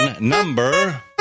Number